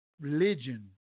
religion